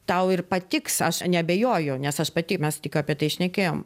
tau ir patiks aš neabejoju nes aš pati mes tik apie tai šnekėjom